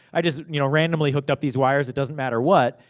i just you know randomly hooked up these wires. it doesn't matter what.